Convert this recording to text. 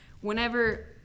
whenever